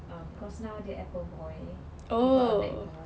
um because now dia apple boy he got a macbook